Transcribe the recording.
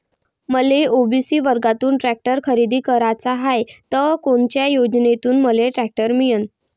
मले ओ.बी.सी वर्गातून टॅक्टर खरेदी कराचा हाये त कोनच्या योजनेतून मले टॅक्टर मिळन?